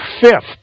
fifth